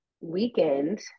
weekend